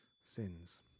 sins